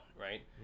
right